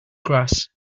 grass